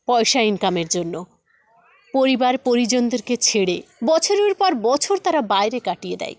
পয়সা ইনকামের জন্য পরিবার পরিজনদেরকে ছেড়ে বছরের পর বছর তারা বাইরে কাটিয়ে দেয়